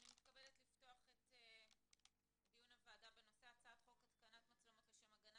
מתכבדת לפתוח את ישיבת הוועדה בנושא חוק התקנת מצלמות לשם הגנה